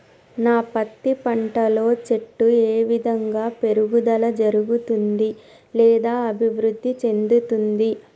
నా పత్తి పంట లో చెట్టు ఏ విధంగా పెరుగుదల జరుగుతుంది లేదా అభివృద్ధి చెందుతుంది?